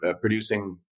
producing